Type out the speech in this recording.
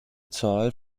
zahl